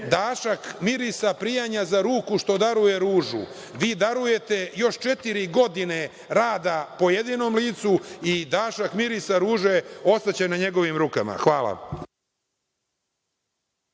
dašak mirisa prijanja za ruku što daruje ružu. Vi darujete još četiri godine rada pojedinom licu i dašak mirisa ruže ostaće na njegovim rukama. Hvala.